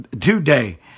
today